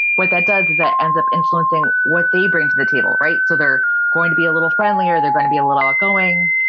what that does is that ends up influencing what they bring to the table, right? so they're going to be a little friendlier, they're going to be a little outgoing,